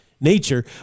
nature